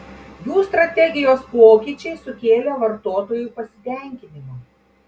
jų strategijos pokyčiai sukėlė vartotojų pasitenkinimą